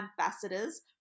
ambassadors